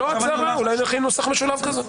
אולי נכין נוסח משולב כזה.